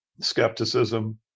skepticism